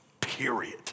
Period